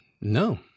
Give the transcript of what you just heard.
No